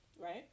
Right